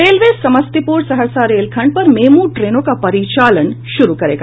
railway Samastipur Saharsa रेलखंड पर MEMU ट्रेनों का परिचालन शुरू करने शुरू करेगा